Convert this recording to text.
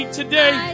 today